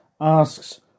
asks